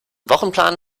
wochenplan